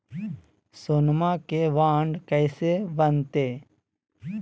सोनमा के बॉन्ड कैसे बनते?